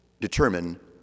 determine